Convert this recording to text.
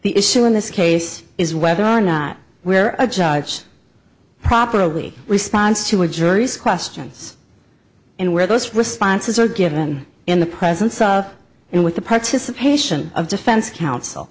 the issue in this case is whether or not where a judge properly response to a jury's questions and where those responses are given in the presence of and with the participation of defense counsel